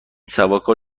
سوارکار